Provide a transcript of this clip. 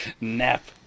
Nap